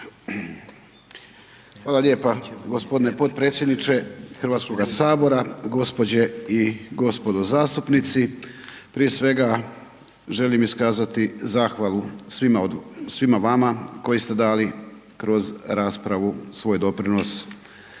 Hvala lijepa. Gospodine potpredsjedniče Hrvatskoga sabora, gospođe i gospodo zastupnici prije svega želim iskazati zahvalu svima vama koji ste dali kroz raspravu svoj doprinos